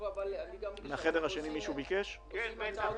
בקושי מומשו 10 מיליארד מתוך